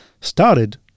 started